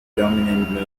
predominant